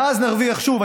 ואז נרוויח שוב.